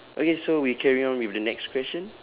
okay so we carry on with the next question